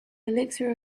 elixir